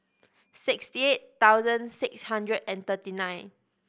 sixty eight thousand six hundred and thirty nine